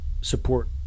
support